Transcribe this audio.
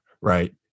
right